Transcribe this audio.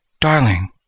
Darling